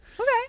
Okay